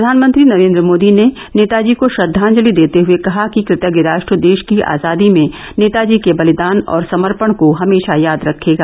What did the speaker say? प्रधानमंत्री नरेन्द्र मोदी ने नेताजी को श्रद्वांजलि देते हुये कहा कि कृतज्ञ राष्ट्र देश की आजादी में नेताजी के बलिदान और समर्पण को हमेशा याद रखेगा